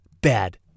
bad